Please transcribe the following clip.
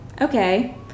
Okay